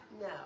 No